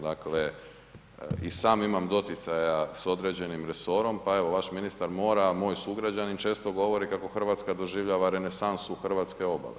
Dakle, i sam imam doticaja s određenim resorom pa evo vaš ministar mora, a moj sugrađanin često govori kako Hrvatska doživljava renesansu hrvatske obale.